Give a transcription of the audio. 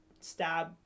stab